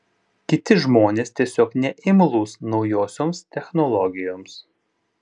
kiti žmonės tiesiog neimlūs naujosioms technologijoms